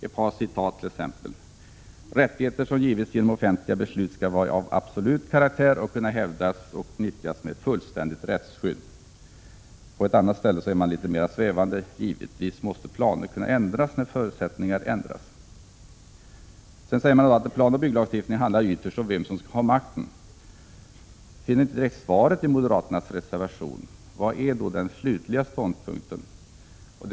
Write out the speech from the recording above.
Ett par citat: ”Rättigheter som givits genom offentliga beslut skall vara av absolut karaktär och kunna hävdas och nyttjas med fullständigt rättsskydd.” På ett annat ställe är man mer svävande: ”Givetvis måste planer kunna ändras när förutsättningar ändras.” Planoch bygglagstiftningen, säger man vidare, handlar ytterst om vem som skall ha makten. Vilken är då moderaternas slutliga ståndpunkt?